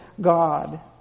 God